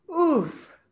Oof